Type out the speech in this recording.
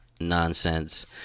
nonsense